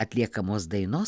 atliekamos dainos